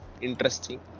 interesting